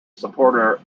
supporter